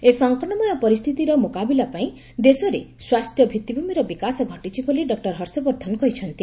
ଏ ସଙ୍କଟମୟ ପରିସ୍ଥିତିର ମୁକାବୁଲା ପାଇଁ ଦେଶରେ ସ୍ୱାସ୍ଥ୍ୟ ଭିଭିଭୂମିର ବିକାଶ ଘଟିଛି ବୋଲି ଡକ୍କର ବର୍ଦ୍ଧନ କହିଛନ୍ତି